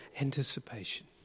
anticipation